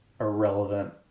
irrelevant